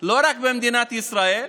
לא רק במדינת ישראל,